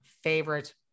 Favorite